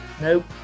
Nope